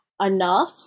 enough